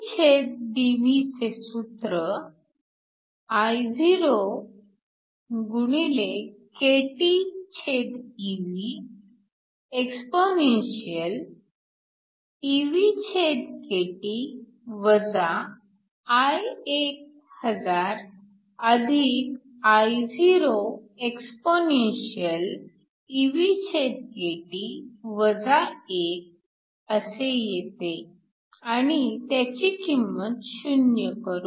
dPdV चे सूत्र IokTeVexpeVkT I1000I0exp⁡ असे येते आणि त्याची किंमत 0 करू